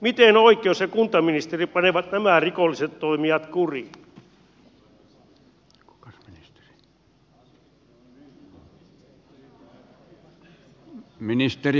miten oikeus ja kuntaministeri panevat nämä rikolliset toimijat kuriin